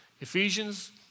Ephesians